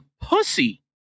pussy